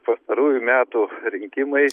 pastarųjų metų rinkimai